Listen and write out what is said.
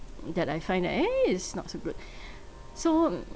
that I find eh it's not so good so